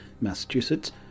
Massachusetts